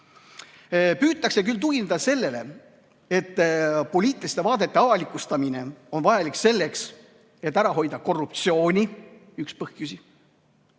Püütakse küll tugineda sellele, et poliitiliste vaadete avalikustamine on vajalik selleks, et ära hoida korruptsiooni – see